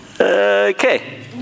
Okay